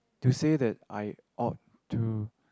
to say that I ought to